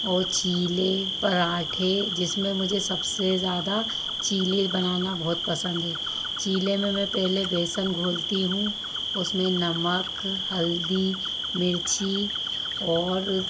और चिले पराँठे जिसमें मुझे सबसे ज़्यादा चीले बनाना बहुत पसंद है चिले में मैं पहले बेसन घोलती हूँ उसमें नमक हल्दी मिर्ची और